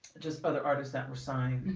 just other artists that were signing